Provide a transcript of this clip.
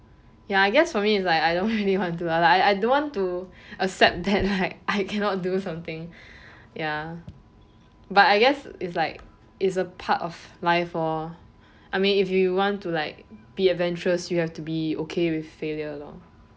ya I guess for me is like I don't really want to I I don't want to accept that like I cannot do something ya but I guess is like is a part of life lor I mean if you want to like be adventurous you have to be okay with failure lor